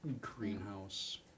Greenhouse